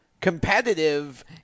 competitive